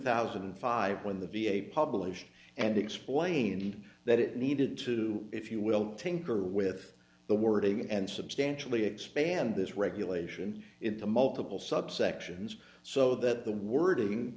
thousand and five when the v a published and explained that it needed to if you will think or with the wording and substantially expand this regulation in the multiple subsections so that the wording